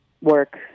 work